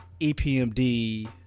epmd